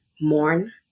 mourn